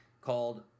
called